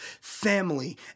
family